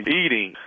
eating